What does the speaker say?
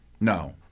No